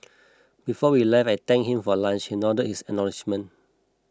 before we left I thanked him for lunch he nodded his acknowledgement